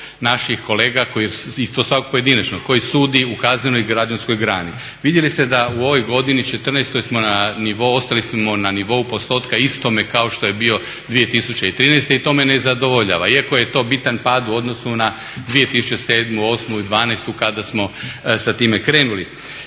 naših kolega, isto svako pojedinačno, koji sudi u kaznenoj građanskoj grani. Vidjeli ste u ovoj 2014.godini ostali smo na nivou postotka istome kao što je bio 2013.i to me ne zadovoljava, iako je to bitan pad u odnosu na 2007., 2008.i 2012.kada smo sa time krenuli